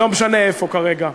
לא משנה איפה כרגע.